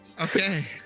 Okay